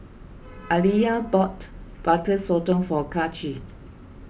Aaliyah bought Butter Sotong for Kaci